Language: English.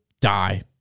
die